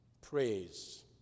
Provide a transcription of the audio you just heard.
Praise